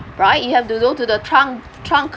right you have to go to the trunk trunk